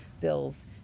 bills